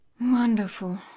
Wonderful